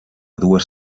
dues